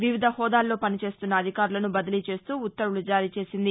వివిధ హాదాల్లో పనిచేస్తున్న అధికారులను బదిలీచేస్తూ ఉత్తర్వులు జారీచేసింది